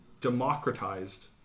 democratized